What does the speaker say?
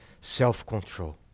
self-control